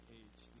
age